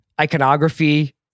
iconography